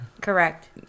Correct